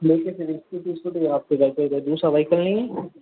दूसरा वाईकल नहीं है